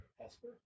Hesper